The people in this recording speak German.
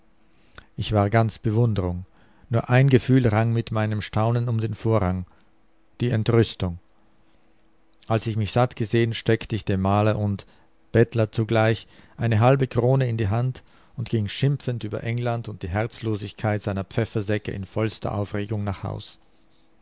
ich war ganz bewundrung nur ein gefühl rang mit meinem staunen um den vorrang die entrüstung als ich mich satt gesehn steckt ich dem maler und bettler zugleich eine halbe krone in die hand und ging schimpfend über england und die herzlosigkeit seiner pfeffersäcke in vollster aufregung nach haus